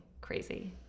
crazy